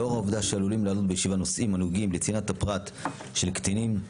לאור העובדה שעלולים לעלות בישיבה נושאים הנוגעים לצנעת הפרט של קטינים,